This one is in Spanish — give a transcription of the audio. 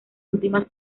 últimas